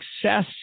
success